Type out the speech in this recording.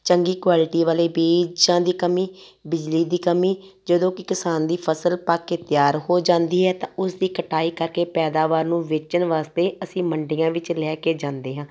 ਚੰਗੀ ਕੁਆਲਿਟੀ ਵਾਲੇ ਬੀਜਾਂ ਦੀ ਕਮੀ ਬਿਜਲੀ ਦੀ ਕਮੀ ਜਦੋਂ ਕਿ ਕਿਸਾਨ ਦੀ ਫਸਲ ਪੱਕ ਕੇ ਤਿਆਰ ਹੋ ਜਾਂਦੀ ਹੈ ਤਾਂ ਉਸਦੀ ਕਟਾਈ ਕਰਕੇ ਪੈਦਾਵਾਰ ਨੂੰ ਵੇਚਣ ਵਾਸਤੇ ਅਸੀਂ ਮੰਡੀਆਂ ਵਿੱਚ ਲੈ ਕੇ ਜਾਂਦੇ ਹਾਂ